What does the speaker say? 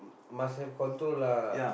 must have control lah